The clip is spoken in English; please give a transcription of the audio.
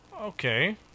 Okay